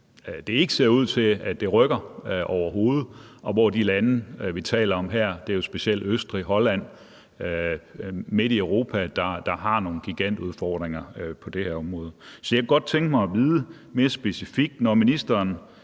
det ikke ser ud til at det rykker overhovedet, og de lande, vi taler om her – det er specielt Østrig, Holland, midt i Europa – har nogle gigantudfordringer på det her område. Så jeg kunne godt tænke mig mere specifikt at vide